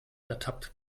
ertappt